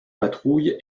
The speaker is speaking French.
patrouille